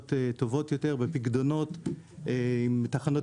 אלטרנטיביות טובות יותר בפיקדונות עם תחנות